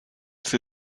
sie